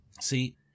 See